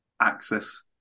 access